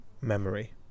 Memory